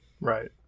right